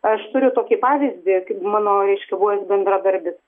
aš turiu tokį pavyzdį kaip mano reiškia buvęs bendradarbis